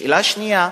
שאלה שנייה,